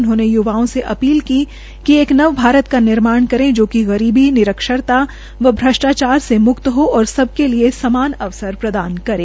उन्होंने य्वाओं से अपील की एक नवभारत का निर्माण करें जो गरीबी निरक्षता व भ्रष्टाचार से म्क्त हो और सबके लिए समान अवसर प्रदान करें